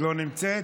לא נמצאת,